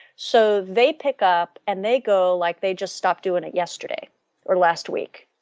so they pickup and they go like they just stopped doing it yesterday or last week,